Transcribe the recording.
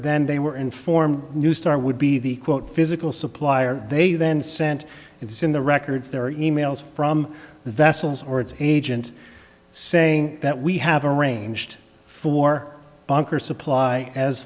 then they were informed neustar would be the quote physical supplier they then sent it in the records their emails from the vessels or its agent saying that we have arranged for bunker supply as